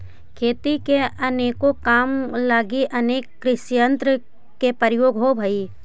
खेती के अनेको काम लगी अनेक कृषियंत्र के प्रयोग होवऽ हई